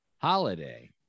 holiday